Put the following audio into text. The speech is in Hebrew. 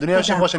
אדוני היושב-ראש,